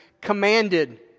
commanded